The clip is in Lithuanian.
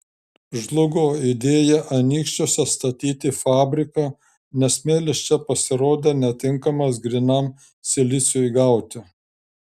žlugo idėja anykščiuose statyti fabriką nes smėlis čia pasirodė netinkamas grynam siliciui gauti